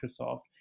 Microsoft